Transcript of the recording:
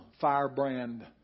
firebrand